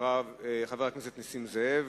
חבר הכנסת נסים זאב,